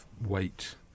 weight